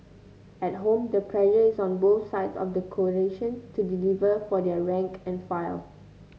at home the pressure is on both sides of the coalition to deliver for their rank and file